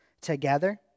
together